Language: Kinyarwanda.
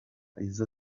izo